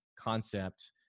concept